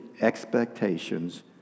expectations